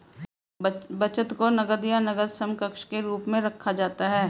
बचत को नकद या नकद समकक्ष के रूप में रखा जाता है